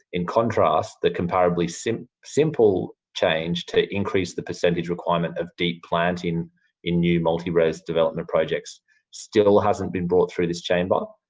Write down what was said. in contrast, the comparably simple simple change to increase the percentage requirement of deep planting in new multi-res development projects still hasn't been brought through this chamber.